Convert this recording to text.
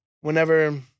whenever